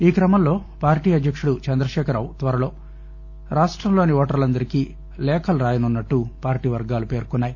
ఈ క్రమంలో పార్టీ అధ్యక్షుడు చంద్రశేఖర్ రావు త్వరలో రాష్ట్రంలోని ఓటర్లందరి పేరిట లేఖలు రాయనున్నట్లు పార్టీ వర్గాలు పేర్కొన్నాయి